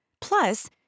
Plus